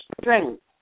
strength